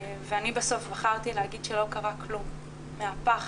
ואני בסוף בחרתי להגיד שלא קרה כלום, מהפחד.